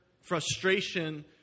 frustration